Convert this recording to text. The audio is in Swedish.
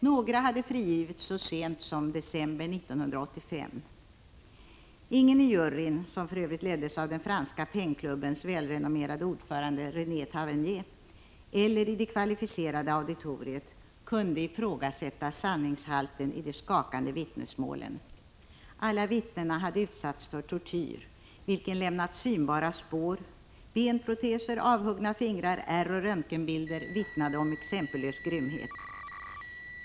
Några hade frigivits så sent som i december 1985. Ingen i juryn, som leddes av den franska Penklubbens välrenommerade ordförande, René Tavernier, eller i det kvalificerade auditoriet kunde ifrågasätta sanningshalten i de skakande vittnesmålen. Alla vittnena hade utsatts för tortyr, vilken lämnat synbara spår. Benproteser, avhuggna fingrar, ärr och röntgenbilder vittnade om exempellös grymhet.